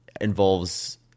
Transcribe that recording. involves